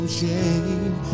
shame